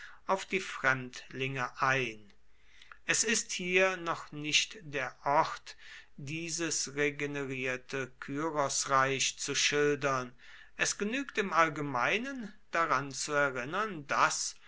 auf die fremdlinge ein es ist hier noch nicht der ort dies regenerierte kyrosreich zu schildern es genügt im allgemeinen daran zu erinnern daß